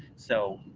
so,